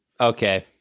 Okay